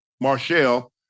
Marshall